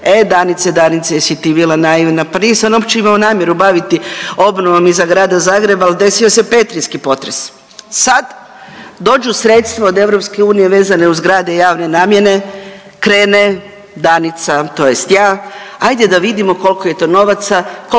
e Danice, Danice jesi ti bila naivna, pa nije se on uopće imao namjeru baviti obnovom i za Grada Zagreba, al desio se petrinjski potres. Sad dođu sredstva od EU vezane uz zgrade javne namjene, krene Danica tj. ja ajde da vidimo kolko je to novaca,